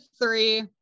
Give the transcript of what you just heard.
three